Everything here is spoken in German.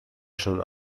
schon